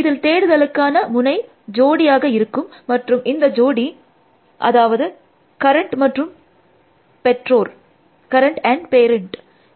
இதில் தேடுதலுக்கான முனை ஜோடியாக இருக்கும் மற்றும் இந்த ஜோடி அதாவது கரண்ட் மற்றும் பெற்றோர்